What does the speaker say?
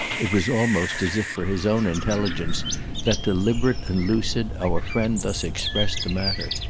it was almost as if for his own intelligence that, deliberate and lucid, our friend thus expressed the matter.